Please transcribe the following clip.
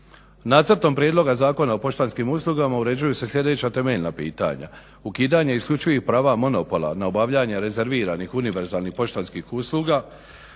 Nacrtom prijedloga Zakona o poštanskim uslugama uređuju se sljedeća temeljna pitanja. Ukidanje isključuje i prava monopola na obavljanje rezerviranih univerzalnih poštanskih usluga,